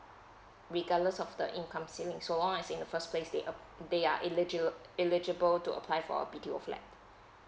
regardless of the income ceiling so on as in the first place they ap~ they are eligi~ eligible to apply for B_T_O flat